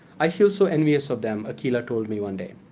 i feel so envious of them, akhila told me one day.